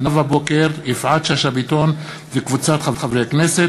נאוה בוקר ויפעת שאשא ביטון וקבוצת חברי הכנסת,